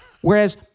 Whereas